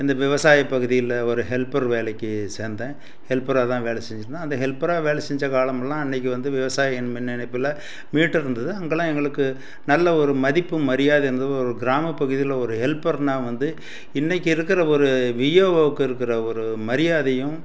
அந்த விவசாயப் பகுதியில ஒரு ஹெல்ப்பர் வேலைக்கு சேர்ந்தேன் ஹெல்ப்பராக தான் வேலை செஞ்சிகிட்டு இருந்தேன் அந்த ஹெல்ப்பராக வேலை செஞ்ச காலமெல்லாம் அன்றைக்கு வந்து விவசாய என் மின்னிணைப்பில் மீட்டருந்துது அங்கெலாம் எங்களுக்கு நல்ல ஒரு மதிப்பும் மரியாதையும் இருந்தது ஒரு கிராமப்பகுதியில ஒரு ஹெல்ப்பர்னா வந்து இன்றைக்கு இருக்கிற ஒரு விஏஒக்கு இருக்கிற ஒரு மரியாதையும்